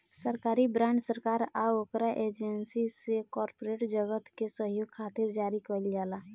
सरकारी बॉन्ड सरकार आ ओकरा एजेंसी से कॉरपोरेट जगत के सहयोग खातिर जारी कईल जाला